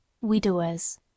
WIDOWERS